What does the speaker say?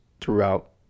throughout